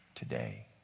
Today